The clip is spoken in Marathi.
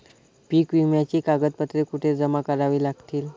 पीक विम्याची कागदपत्रे कुठे जमा करावी लागतील?